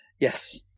Yes